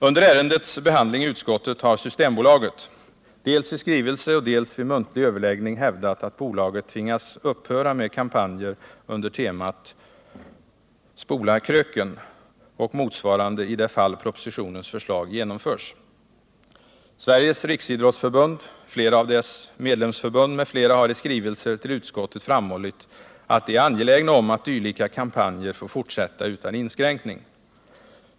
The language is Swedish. Under ärendets behandling i utskottet har Systembolaget dels i skrivelse, dels vid muntlig överläggning hävdat att bolaget tvingas upphöra med kampanjer under temat ”Spola kröken” och motsvarande för det fall att propositionens förslag genomförs. Sveriges riksidrottsförbund, flera av dess medlemsförbund m.fl. har i skrivelser till utskottet framhållit att de är angelägna om att dylika kampanjer får fortsätta utan inskränkning.